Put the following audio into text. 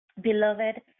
Beloved